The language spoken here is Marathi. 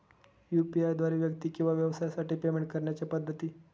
यू.पी.आय द्वारे व्यक्ती किंवा व्यवसायांसाठी पेमेंट करण्याच्या पद्धती